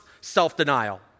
self-denial